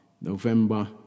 November